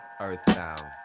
Earthbound